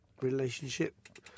relationship